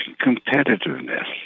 competitiveness